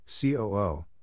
COO